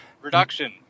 reduction